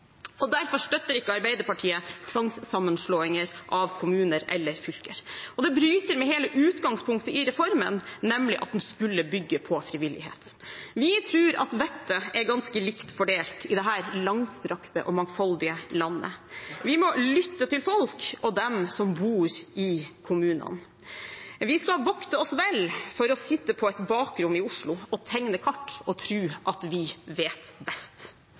resultat. Derfor støtter ikke Arbeiderpartiet tvangssammenslåing av kommuner eller fylker. Det bryter med hele utgangpunktet i reformen, nemlig at den skulle bygge på frivillighet. Vi tror at vettet er ganske likt fordelt i dette langstrakte og mangfoldige landet. Vi må lytte til folk og dem som bor i kommunene. Vi skal vokte oss vel for å sitte på et bakrom i Oslo og tegne kart og tro at vi vet best.